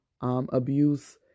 abuse